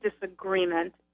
disagreement